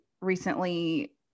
recently